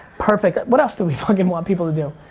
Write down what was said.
perfect. what else do we fuckin' want people to do?